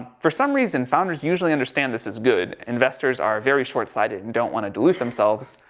for some reason, founders usually understand this is good, investors are very shortsighted and don't want to dilute themselves.